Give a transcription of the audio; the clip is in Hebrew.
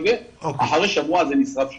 אחרי שבוע הוא נשרף שוב.